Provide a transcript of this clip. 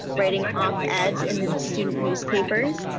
writing op-eds in student newspapers,